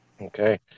Okay